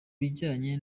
bijyanye